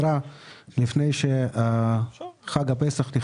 ונדחה הדיון בוועדת השרים.